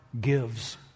gives